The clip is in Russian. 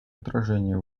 отражение